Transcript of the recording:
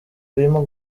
birimo